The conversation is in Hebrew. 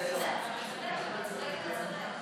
הסדרת העיסוק בניתוח